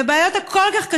בבעיות הקשות כל כך,